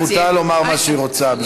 חברת הכנסת לנדבר, זכותה לומר מה שהיא רוצה.